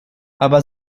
aber